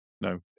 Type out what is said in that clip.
No